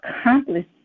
accomplish